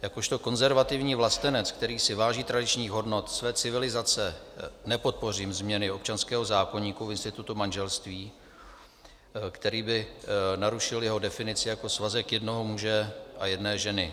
Jakožto konzervativní vlastenec, který si váží tradičních hodnot své civilizace, nepodpořím změny občanského zákoníku v institutu manželství, který by narušil jeho definici jako svazek jednoho muže a jedné ženy.